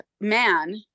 man